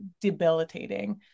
debilitating